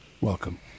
Welcome